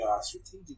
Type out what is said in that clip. strategic